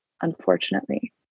unfortunately